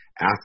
Ask